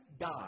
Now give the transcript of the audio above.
die